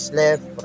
left